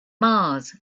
mars